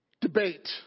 debate